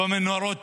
במנהרות